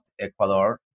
Ecuador